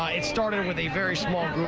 ah it started with a very small